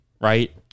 right